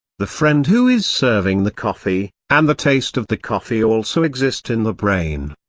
the friend who is serving the coffee, and the taste of the coffee also exist in the brain.